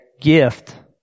gift